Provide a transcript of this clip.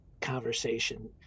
conversation